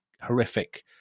horrific –